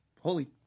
holy